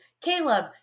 Caleb